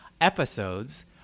episodes